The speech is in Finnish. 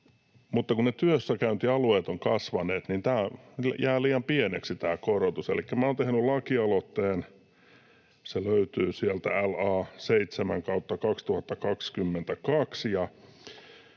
Mutta kun ne työssäkäyntialueet ovat kasvaneet, niin tämä jää liian pieneksi tämä korotus. Elikkä minä olen tehnyt lakialoitteen, se löytyy sieltä, LA 7/2022.